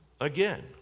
again